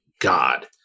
God